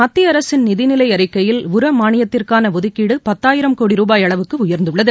மத்திய அரசின் நிதிநிலை அறிக்கையில் உரமாளியத்திற்காள ஒதுக்கீடு பத்தாயிரம் கோடி ரூபாய் அளவிற்கு உயர்ந்துள்ளது